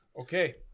Okay